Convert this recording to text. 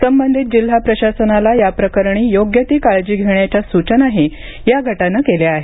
संबंधित जिल्हा प्रशासनाला याप्रकरणी योग्य ती काळजी घेण्याच्या सूचनाही या गटानं केल्या आहेत